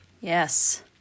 yes